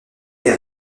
des